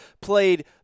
played